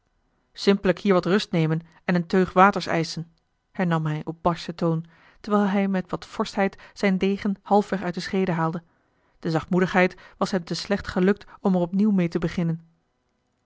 simpellijk hier wat rust nemen en eene teug waters eischen hernam hij op barschen toon terwijl hij met wat forschheid zijn degen halfweg uit de schede haalde de zachtmoedigheid was hem te slecht gelukt om er opnieuw meê te beginnen